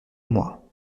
moi